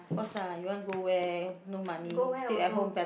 of course ah you want to go where no money sleep at home better